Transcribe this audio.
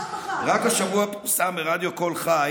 רק השבוע פורסם ברדיו קול חי